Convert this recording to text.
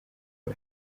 rwo